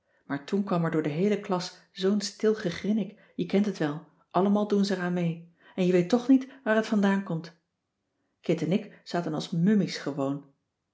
maar toen kwam er door de heele klas zoo'n stil gegrinnik je kent het wel allemaal doen ze eraan mee en je weet toch niet waar het vandaan komt kit en ik zaten als mummies gewoon